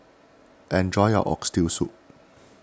enjoy your Oxtail Soup